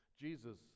Jesus